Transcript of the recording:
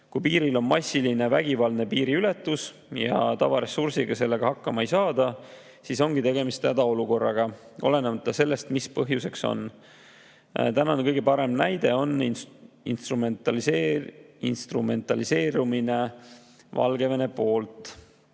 Kui piiril on massiline vägivaldne piiriületus ja tavaressursiga hakkama ei saada, siis ongi tegemist hädaolukorraga, olenemata sellest, mis põhjuseks on. Tänane kõige parem näide on instrumentaliseerumine Valgevene poolt.